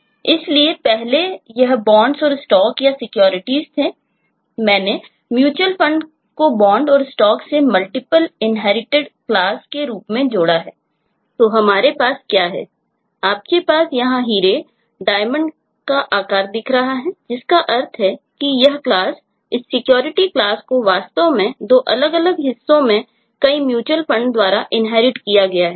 इसलिए पहले यह Bonds और Stocks या Securities थे मैंने MutualFund को Bond और Stock से मल्टीपल इन्हेरीटेड क्लास किया गया है